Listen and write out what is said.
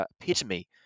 epitome